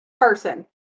person